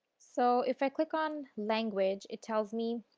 so, if i click on language it tells me